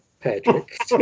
Patrick